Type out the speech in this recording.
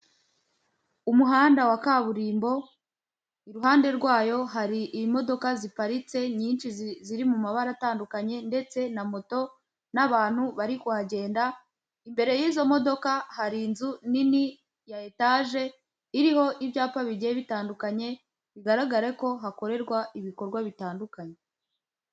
Umuhanda wa kaburimbo, iruhande rwayo hari imodoka ziparitse nyinshi ziri mu mabara atandukanye ndetse na moto n'abantu bari kuhagenda, imbere y'izo modoka hari inzu nini ya etaje, iriho ibyapa bigiye bitandukanye, bigaragare ko hakorerwa ibikorwa bitandukanye.